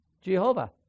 Jehovah